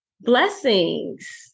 Blessings